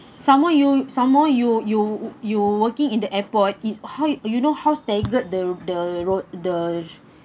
some more you some more you you you working in the airport is how you know how staggered the the road the